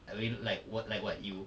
I mean like what like what you